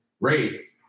race